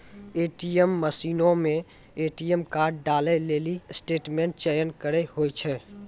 ATM मशीनो मे ATM card डालै लेली स्टेटमेंट चयन करे होय छै